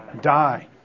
die